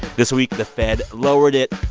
this week, the fed lowered it.